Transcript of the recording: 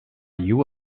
you